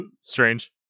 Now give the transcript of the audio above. strange